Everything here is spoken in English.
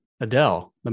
Adele